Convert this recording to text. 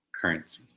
currency